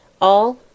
All